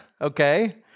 okay